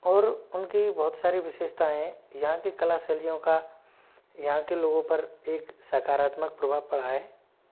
और उनकी बहुत सारी विशेषताएं यहाँ की कला शैलियों का यहाँ के लोगों पर एक सकारात्मक प्रभाव पड़ा है